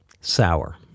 sour